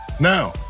Now